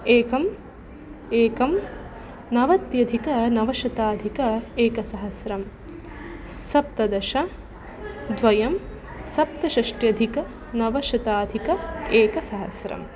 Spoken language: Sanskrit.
एकं एकं नवत्यधिकनवशताधिक एकसहस्रं सप्तदश द्वयं सप्तषष्ठ्यधिकनवशताधिक एकसहस्रम्